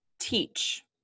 teach